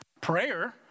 prayer